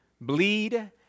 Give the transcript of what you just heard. bleed